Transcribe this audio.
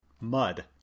MUD